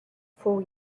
four